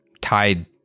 Tied